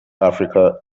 africa